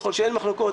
ככל שאין בחלוקות,